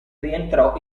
rientrò